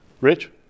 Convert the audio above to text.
Rich